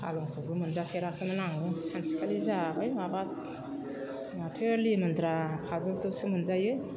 फालेंखौबो मोनजाफेराखौमोन आं सानसेखालि जाबाय माबा माथो लिमोनद्रा फादुब दुबसो मोनजायो